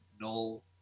Null